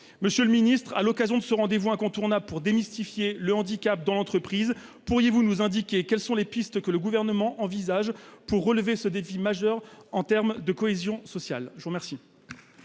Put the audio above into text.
Monsieur le ministre, à l'occasion de ce rendez-vous incontournable pour démystifier le handicap dans l'entreprise, pourriez-vous nous indiquer les pistes que le Gouvernement envisage pour relever ce défi majeur en termes de cohésion sociale ?